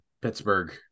Pittsburgh